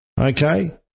okay